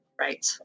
Right